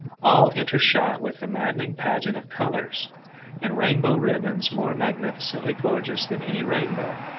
all intershot with a maddening pageant of colours and rainbow ribbons more magnificently gorgeous than any rainbow.